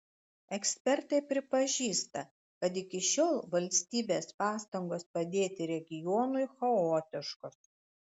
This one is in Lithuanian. ekspertai pripažįsta kad iki šiol valstybės pastangos padėti regionui chaotiškos